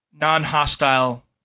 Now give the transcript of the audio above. non-hostile